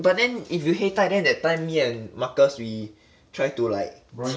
but then if you 黑带 then that time me and marcus we try to like hit